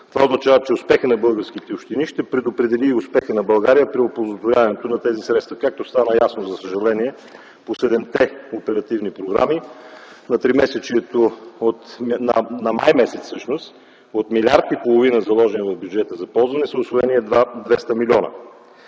Това означава, че успехът на българските общини ще предопредели успехът на България при оползотворяване на тези средства. Както стана ясно, за съжаление, по седемте оперативни програми за м. май - от милиард и половина заложени в бюджета за ползване, са усвоени едва 200 милиона.